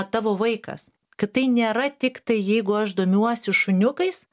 tavo vaikas kad tai nėra tiktai jeigu aš domiuosi šuniukais